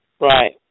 Right